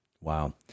Wow